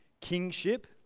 kingship